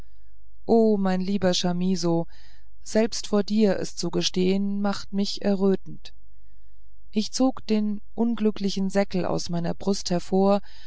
o mein lieber chamisso selbst vor dir es zu gestehen macht mich erröten ich zog den unglücklichen säckel aus meiner brust hervor